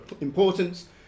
importance